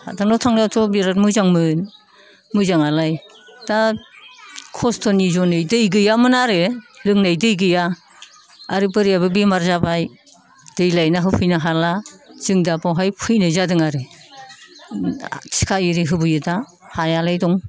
हादानाव थांनायाथ' बिराद मोजांमोन मोजाङालाय दा खस्त'नि जुनै दै गैयामोन आरो लोंनाय दै गैया आरो बोरायाबो बेमार जाबाय दै लायना होफैनो हाला जों दा बावहाय फैनाय जादों आरो थिखा एरि होबोयो दा हायालाय दं